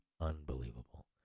Unbelievable